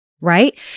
right